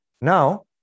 Now